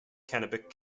kennebec